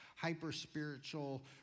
hyper-spiritual